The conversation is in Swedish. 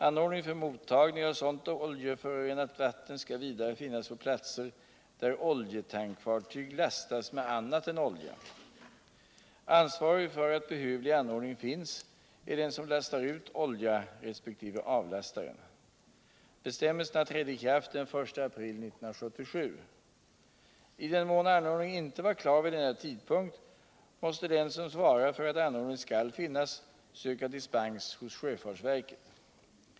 Anordning för mottagning av sådant oljeförorenat vatten skall vidare finnas på platser där oljetankfartyg lastas med annat än olja. Ansvarig för att behövlig anordning finns är den som lastar ut olja resp. avlastaren. Bestämmelserna trädde i kraft den 1 april 1977. I den mån anordningen inte var klar vid denna tidpunkt, måste den som svarar för att anordningen skall finnas söka dispens hos sjöfartsverket.